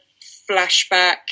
flashback